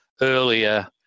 earlier